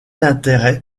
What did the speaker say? intérêt